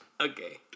Okay